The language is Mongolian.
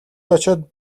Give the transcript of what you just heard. очоод